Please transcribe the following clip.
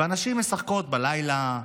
והנשים משחקות בלילה,